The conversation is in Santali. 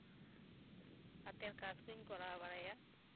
ᱦᱟᱛᱮᱨ ᱠᱟᱡ ᱠᱩᱧ ᱠᱚᱨᱟᱣ ᱵᱟᱲᱟᱭᱟ